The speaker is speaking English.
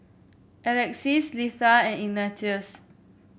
Alexys Litha and Ignatius